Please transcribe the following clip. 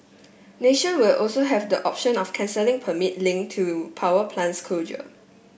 nation will also have the option of cancelling permit link to power plant closure